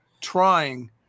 trying